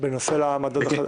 בקשר למדד החדש?